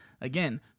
Again